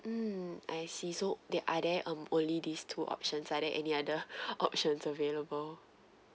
hmm I see so there are there um only these two options are there any other options available